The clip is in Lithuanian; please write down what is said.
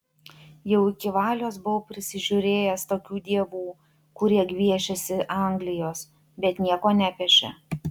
jau iki valios buvau prisižiūrėjęs tokių dievų kurie gviešėsi anglijos bet nieko nepešė